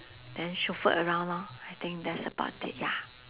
then chauffeur around lor I think that's about it ya